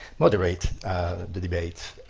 moderate the debate.